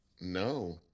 No